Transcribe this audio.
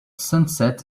sunset